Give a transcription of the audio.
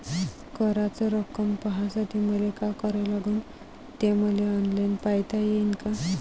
कराच रक्कम पाहासाठी मले का करावं लागन, ते मले ऑनलाईन पायता येईन का?